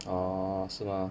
哦是吗